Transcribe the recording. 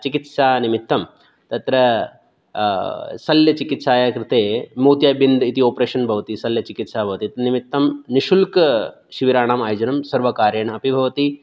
चिकित्सानिमित्तं तत्र शल्यचिकित्सायाः कृते मोत्याबिन्द् इति ओपरेशन् भवति शल्यचिकित्सा भवति निमित्तं निश्शुल्कं शिबिराणाम् आयोजनं सर्वकारेण अपि भवति